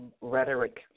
rhetoric